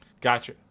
gotcha